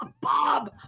Bob